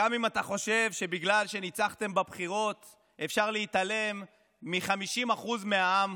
גם אם אתה חושב שבגלל שניצחתם בבחירות אפשר להתעלם מ-50% מהעם,